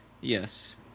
Yes